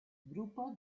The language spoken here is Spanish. grupo